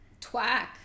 twack